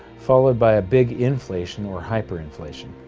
followed by a big inflation or hyperinflation.